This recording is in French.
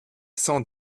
cent